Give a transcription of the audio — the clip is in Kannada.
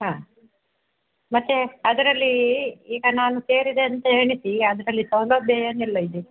ಹಾಂ ಮತ್ತು ಅದರಲ್ಲಿ ಈಗ ನಾನು ಸೇರಿದೆ ಅಂತ ಎಣಿಸಿ ಅದರಲ್ಲಿ ಸೌಲಭ್ಯ ಏನೆಲ್ಲ ಇದೆ